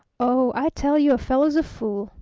oh, i tell you a fellow's a fool,